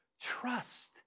trust